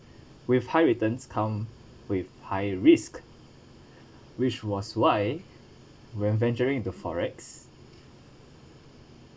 with high returns come with high risk which was why when venturing into forex